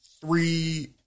three